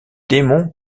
démons